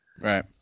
Right